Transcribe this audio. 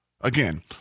Again